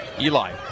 Eli